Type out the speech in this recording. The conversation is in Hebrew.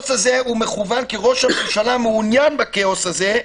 הוא מכוון כי ראש הממשלה מעוניין בכאוס הזה,